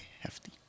hefty